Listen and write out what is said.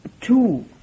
two